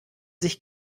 sich